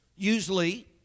Usually